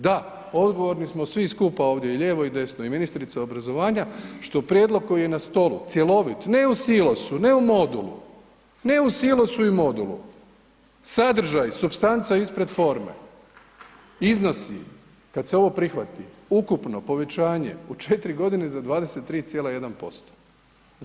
Da, odgovorni smo svi skupa ovdje i lijevo i desno i ministrica obrazovanja što prijedlog koji je na stolu cjelovit ne u silosu, ne u modulu, ne u silosu i modulu, sadržaj, supstanca ispred forme iznosi kada se ovo prihvati, ukupno povećanje u 4 godine za 23,1%